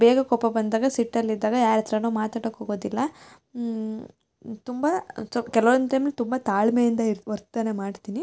ಬೇಗ ಕೋಪ ಬಂದಾಗ ಸಿಟ್ಟಲ್ಲಿದ್ದಾಗ ಯಾರ ಹತ್ರನು ಮಾತಾಡೋಕ್ ಹೋಗೊದಿಲ್ಲ ತುಂಬ ಸಹ ಕೆಲವೊಂದು ಟೈಮಲ್ಲಿ ತುಂಬ ತಾಳ್ಮೆಯಿಂದ ಇರ್ ವರ್ತನೆ ಮಾಡ್ತೀನಿ